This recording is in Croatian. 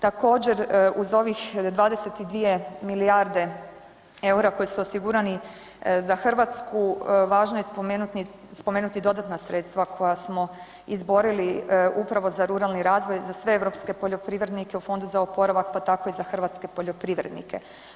Također uz ovih 22 milijarde EUR-a koji su osigurani za Hrvatsku važno je spomenuti dodatna sredstva koja smo izbori upravo za ruralni razvoj za sve europske poljoprivrednike u fondu za oporavak pa tako i za hrvatske poljoprivrednike.